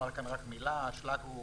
אומר רק מילה האשלג הוא